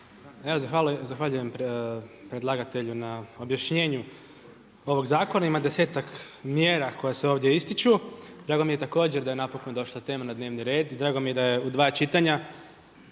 Evo zahvaljujem predlagatelju na objašnjenju ovog zakona. Ima desetak mjera koje se ovdje ističu. Drago mi je također da je napokon došla tema na dnevni red i drago mi je da je u 2 čitanja